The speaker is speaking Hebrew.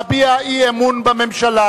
הצעתה להביע אי-אמון בממשלה